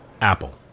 Apple